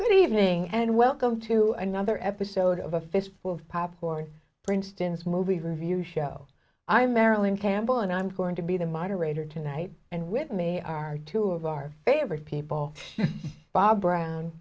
good evening and welcome to another episode of a fistful of popcorn princeton's movies and view show i'm marilyn campbell and i'm going to be the moderator tonight and with me are two of our favorite people bob brown